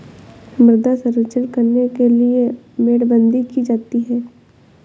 मृदा संरक्षण करने के लिए मेड़बंदी की जाती है